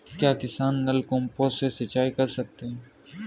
क्या किसान नल कूपों से भी सिंचाई कर सकते हैं?